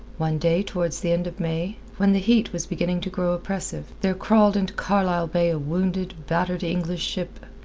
one day towards the end of may, when the heat was beginning to grow oppressive, there crawled into carlisle bay a wounded, battered english ship,